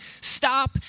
stop